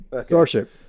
Starship